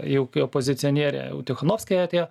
jau kai opozicionierė jau tichanovskaja atėjo